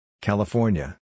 California